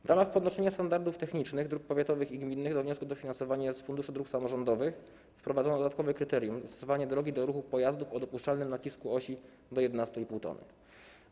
W ramach podnoszenia standardów technicznych dróg powiatowych i gminnych do wniosku o dofinansowanie z Funduszu Dróg Samorządowych wprowadzono dodatkowe kryterium: dostosowanie drogi do ruchu pojazdów o dopuszczalnym nacisku osi do 11,5 t.